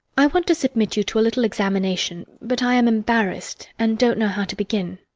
i want to submit you to a little examination, but i am embarrassed and don't know how to begin.